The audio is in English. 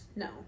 No